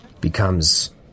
becomes